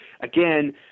again